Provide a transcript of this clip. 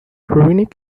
runic